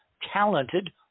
talented